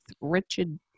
Richard